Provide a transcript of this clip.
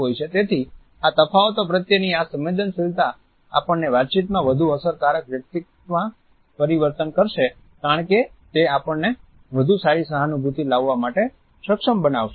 તેથી આ તફાવતો પ્રત્યેની આ સંવેદનશીલતા આપણને વાતચીતમાં વધુ અસરકારક વ્યક્તિમાં પરિવર્તિત કરશે કારણ કે તે આપણને વધુ સારી સહાનુભૂતિ લાવવા માટે સક્ષમ બનાવશે